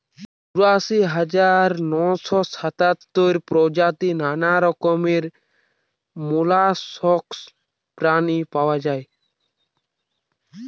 চুরাশি হাজার নয়শ সাতাত্তর প্রজাতির নানা রকমের মোল্লাসকস প্রাণী পাওয়া যায়